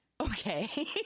Okay